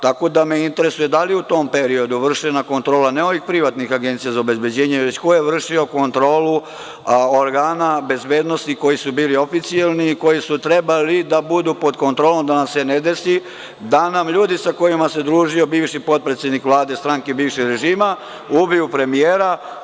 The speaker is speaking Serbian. Tako da me interesuje - da li je u tom periodu vršena kontrola, ne ovih privatnih agencija za obezbeđenje, već ko je vršio kontrolu organa bezbednosti koji su bili oficijalni i koji su trebali da budu pod kontrolom da se ne desi da nam ljudi sa kojima se družio bivši potpredsednik Vlade stranke bivšeg režima ubiju premijer?